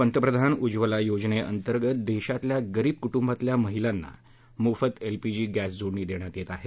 पंतप्रधान उज्वला योजनेअंतर्गत देशातल्या गरीब कुटुंबातल्या महिलांना मोफत एलपीजी गद्धी जोडणी देण्यात येत आहे